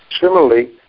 Similarly